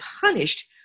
punished